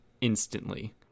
instantly